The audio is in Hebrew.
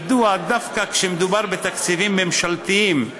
מדוע דווקא כשמדובר בתקציבים ממשלתיים,